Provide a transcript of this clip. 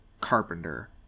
Carpenter